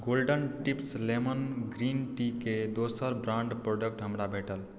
golden tips lemon green tea के दोसर brand product हमरा भेटल